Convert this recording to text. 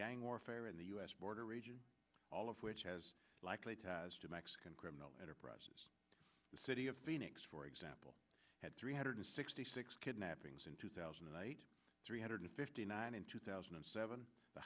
gang warfare in the us border region all of which has likely ties to mexican criminal enterprise the city of phoenix for example had three hundred sixty six kidnappings in two thousand and eight three hundred fifty nine in two thousand and seven the